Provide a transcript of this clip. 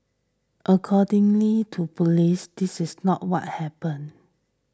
accordingly to police this is not what happened